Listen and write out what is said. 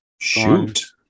Shoot